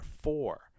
four